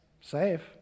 safe